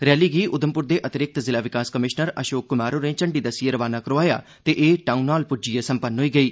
rally गी उधमपुर दे अतिरिक्त जिला विकास कमिशनर अशोक कुमार होरें झंडी दस्सियै रवाना करोआया ते एह् टाउनहाल पुज्जियै संपन्न होई गेई